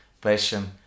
passion